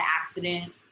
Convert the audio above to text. accident